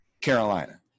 Carolina